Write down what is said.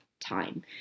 time